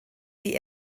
sie